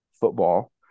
football